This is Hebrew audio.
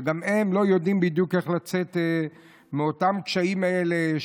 שגם הן לא יודעות איך לצאת מהקשיים האלה.